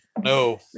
no